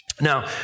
Now